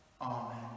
Amen